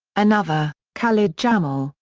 another, khalid jamal,